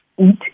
eat